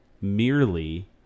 merely